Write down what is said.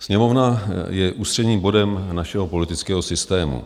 Sněmovna je ústředním bodem našeho politického systému.